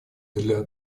для